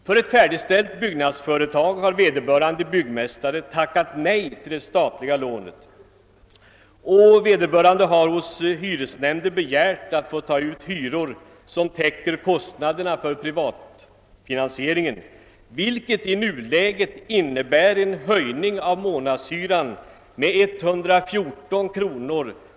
För ett färdigställt byggnadsföretag har vederbörande byggmästare tackat nej till det statliga lånet och hos hyresnämnden begärt att få ta ut hyror som täcker kostnaderna för privatfinansieringen, vilket i nuläget innebär en höjning av månadshyran med 114 kr.